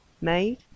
made